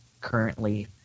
currently